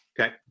okay